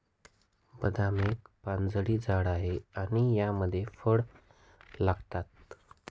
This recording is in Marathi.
बदाम एक पानझडी झाड आहे आणि यामध्ये फळ लागतात